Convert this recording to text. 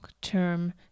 term